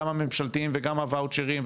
גם הממשלתיים וגם הוואוצ'רים,